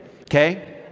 okay